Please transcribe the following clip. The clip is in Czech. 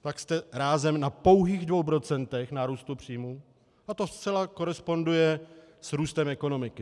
tak jste rázem na pouhých 2 % nárůstu příjmů a to zcela koresponduje s růstem ekonomiky.